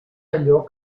allò